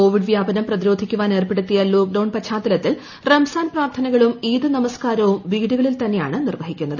Covid വ്യാപനം പ്രതിരോധിക്കുവാൻ lockdown ഏർപ്പെടുത്തിയ പശ്ചാത്തലത്തിൽ റംസാൻ പ്രാർത്ഥനകളും ഈദു നമസ്കാരവും വീടുകളിൽ തന്നെയാണ് നിർവ്വഹിക്കുന്നത്